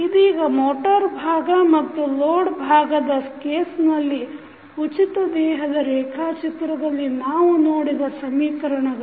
ಇದೀಗ ಮೋಟರ್ ಭಾಗ ಮತ್ತು ಲೋಡ್ ಭಾಗದ ಕೇಸ್ನಲ್ಲಿ ಉಚಿತ ದೇಹದ ರೇಖಾಚಿತ್ರದಲ್ಲಿ ನಾವು ನೋಡಿದ ಸಮೀಕರಣಗಳು